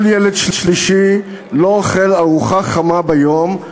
כל ילד שלישי לא אוכל ארוחה חמה ביום,